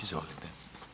Izvolite.